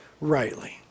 rightly